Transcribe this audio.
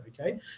okay